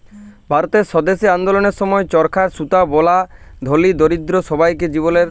ভারতের স্বদেশী আল্দললের সময় চরখায় সুতা বলা ধলি, দরিদ্দ সব্বাইকার জীবলের অংগ হঁয়ে উঠে